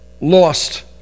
lost